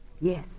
Yes